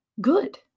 good